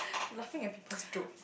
laughing at people's joke